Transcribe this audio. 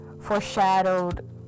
foreshadowed